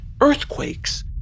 earthquakes